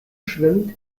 schwimmt